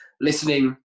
listening